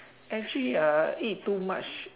actually ah eat too much